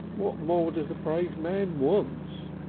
what more does a brave man want?